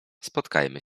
spotkajmy